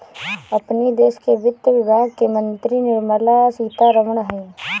अपनी देस के वित्त विभाग के मंत्री निर्मला सीता रमण हई